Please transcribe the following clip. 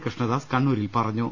കൃഷണദാസ് കണ്ണൂരിൽ പറ ഞ്ഞു